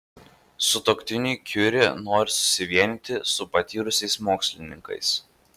sutuoktiniai kiuri nori susivienyti su patyrusiais mokslininkais